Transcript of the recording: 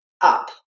up